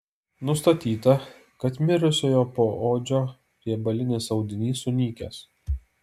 nustatyta kad mirusiojo poodžio riebalinis audinys sunykęs